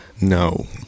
No